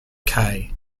kai